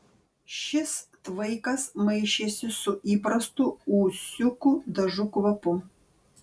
šis tvaikas maišėsi su įprastu ūsiukų dažų kvapu